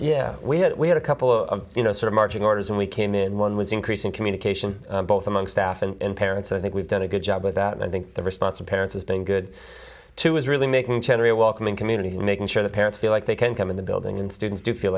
yeah we had we had a couple of you know sort of marching orders and we came in one was increasing communication both among staff and parents i think we've done a good job with that and i think the response of parents has been good to is really making general welcoming community and making sure the parents feel like they can come in the building and students do feel